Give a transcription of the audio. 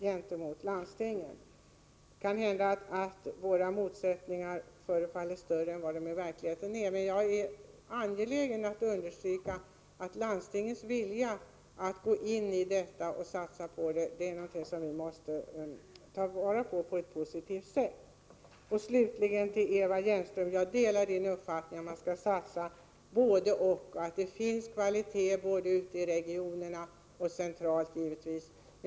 Våra motsättningar kanske förefaller större än de i verkligheten är, men jag är angelägen understryka att landstingens vilja att gå in i denna verksamhet och satsa på den är någonting som vi måste ta vara på på ett positivt sätt. Slutligen vill jag säga till Eva Hjelmström att jag delar hennes uppfattning att man skall satsa på både—och och att det finns kvalitet både ute i regionerna och centralt givetvis.